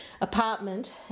apartment